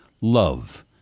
love